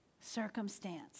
circumstance